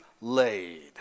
laid